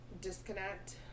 disconnect